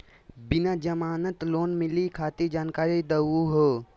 बिना जमानत लोन मिलई खातिर जानकारी दहु हो?